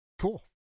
cool